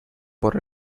por